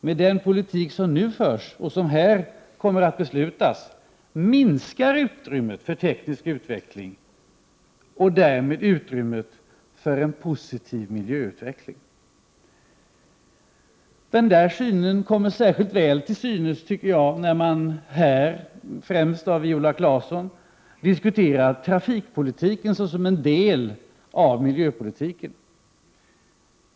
Med den politik som nu förs, och som det här kommer att beslutas om, minskas utrymmet för teknisk utveckling och därmed utrymmet för en positiv miljöutveckling. Den synen kommer särskilt väl till synes när man här, främst då Viola Claesson, har diskuterat trafikpolitiken såsom en del av miljöpolitiken.